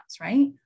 right